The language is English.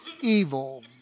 evil